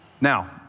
now